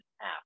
app